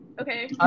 okay